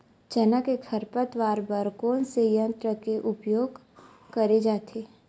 चना के खरपतवार बर कोन से यंत्र के उपयोग करे जाथे?